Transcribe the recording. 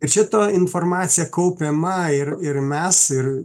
ir čia ta informacija kaupiama ir ir mes ir